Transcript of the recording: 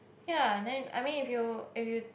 ya then I mean if you if you